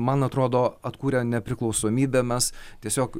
man atrodo atkūrę nepriklausomybę mes tiesiog